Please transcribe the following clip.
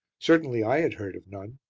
certainly i had heard of none.